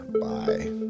bye